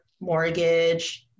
mortgage